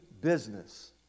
business